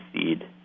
seed